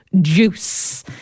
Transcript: Juice